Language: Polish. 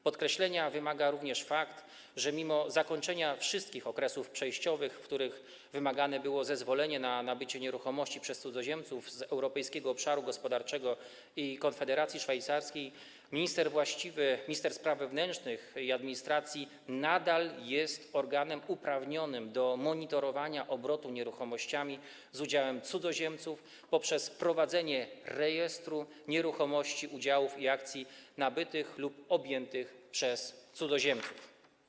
Podkreślenia wymaga również fakt, że mimo zakończenia wszystkich okresów przejściowych, w których wymagane było zezwolenie na nabycie nieruchomości przez cudzoziemców z Europejskiego Obszaru Gospodarczego i Konfederacji Szwajcarskiej, minister właściwy, tj. minister spraw wewnętrznych i administracji, nadal jest organem uprawnionym do monitorowania obrotu nieruchomościami z udziałem cudzoziemców poprzez prowadzenie rejestru nieruchomości, udziałów i akcji nabytych lub objętych przez cudzoziemców.